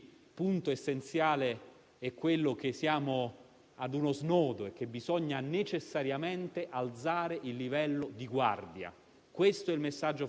In questa sfida dei prossimi mesi, in attesa del vaccino e in attesa delle cure, noi abbiamo bisogno che il Paese ritiri fuori il meglio di sé.